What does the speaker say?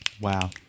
Wow